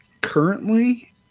Currently